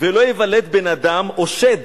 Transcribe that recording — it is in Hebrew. ולא ייוולד בן אדם או שד